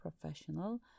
professional